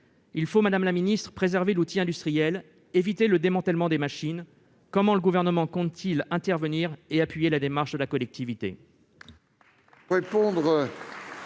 Madame la ministre, il faut préserver l'outil industriel et éviter le démantèlement des machines. Comment le Gouvernement compte-t-il intervenir et appuyer la démarche de la collectivité ?